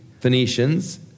Phoenicians